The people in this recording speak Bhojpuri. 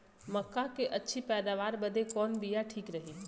मक्का क अच्छी पैदावार बदे कवन बिया ठीक रही?